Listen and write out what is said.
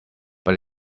but